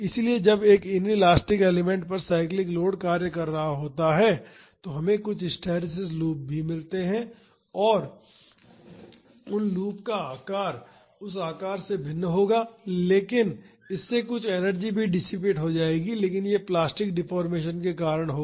इसलिए जब एक इनइलास्टिक एलिमेंट पर साइक्लिक लोड कार्य कर रहा होता है तो हमें कुछ हिस्टैरिसीस लूप भी मिलते हैं और उन लूपों का आकार इस आकार से भिन्न होगा लेकिन इससे कुछ एनर्जी भी डिसिपेट हो जाएगी लेकिन यह प्लास्टिक डेफोर्मेशन के कारण होगा